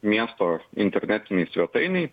miesto internetinėj svetainėj